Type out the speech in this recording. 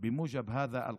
לפי חוק זה תהיה